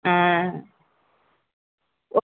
ஆ ஆ ஓகே